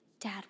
Dad